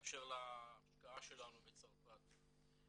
באשר להשקעה שלנו בצרפת.